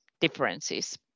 differences